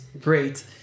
great